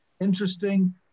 interesting